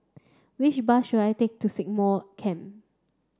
which bus should I take to Stagmont Camp